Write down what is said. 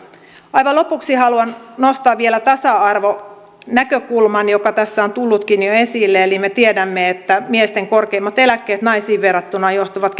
aivan lopuksi haluan nostaa vielä tasa arvonäkökulman joka tässä on tullutkin jo esille eli me tiedämme että miesten korkeammat eläkkeet naisiin verrattuna johtuvat